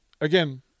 again